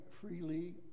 freely